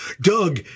Doug